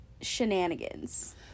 shenanigans